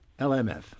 LMF